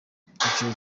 icyicaro